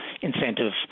incentive